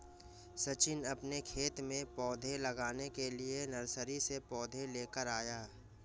सचिन अपने खेत में पौधे लगाने के लिए नर्सरी से पौधे लेकर आया